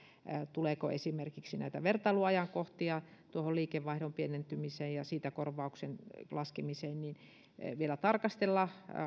tuleeko esimerkiksi näitä vertailuajankohtia liikevaihdon pienentymiseen ja siitä korvauksen laskemiseen vielä tarkastella